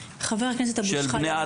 לא משנה מיהם --- חבר הכנסת אבו שחאדה,